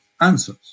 answers